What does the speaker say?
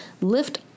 lift